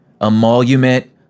emolument